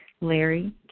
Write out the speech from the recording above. Larry